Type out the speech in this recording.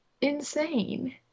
insane